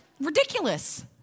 Ridiculous